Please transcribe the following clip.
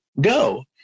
go